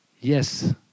Yes